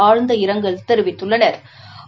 ஆழ்ந்த இரங்கல் தெரிவித்துள்ளனா்